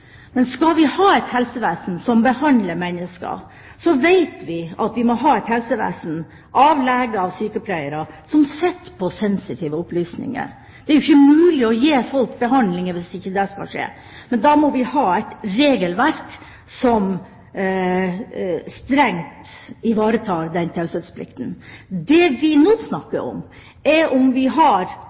Men skal vi ha et helsevesen som behandler mennesker, vet vi at vi må ha et helsevesen av leger og sykepleiere som sitter på sensitive opplysninger. Det er jo ikke mulig å gi folk behandling hvis ikke det skal skje. Men da må vi ha et regelverk som strengt ivaretar den taushetsplikten. Det vi nå snakker om, er om vi har